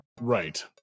Right